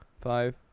five